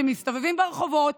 שמסתובבים ברחובות,